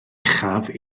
uchaf